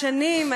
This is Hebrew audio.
שנים,